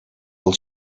вӑл